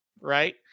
right